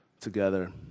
together